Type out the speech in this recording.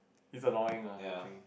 it's annoying ah actually